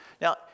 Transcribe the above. Now